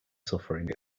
suffering